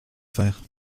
faire